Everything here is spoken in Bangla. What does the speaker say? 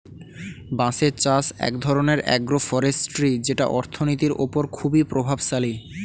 বাঁশের চাষ এক ধরনের আগ্রো ফরেষ্ট্রী যেটা অর্থনীতির ওপর খুবই প্রভাবশালী